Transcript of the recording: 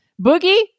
Boogie